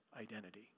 identity